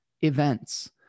events